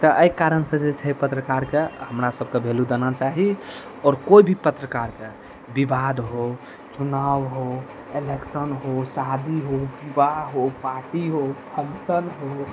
तऽ एहि कारण सऽ जे छै पत्रकारके हमरा सबके भेलू देबा चाही आओर कोइ भी पत्रकारके बिबाद हो चुनाव हो एलेक्शन हो शादी हो विवाह हो पार्टी हो फंक्शन हो